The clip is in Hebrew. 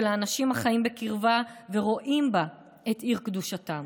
האנשים החיים בקרבה ורואים בה את עיר קדושתם,